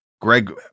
Greg